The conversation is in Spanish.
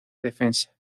defensa